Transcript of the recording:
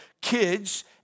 kids